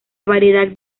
variedad